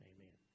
Amen